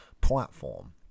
platform